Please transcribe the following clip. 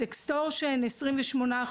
(Sextortion) 28%,